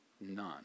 None